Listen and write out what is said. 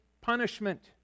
punishment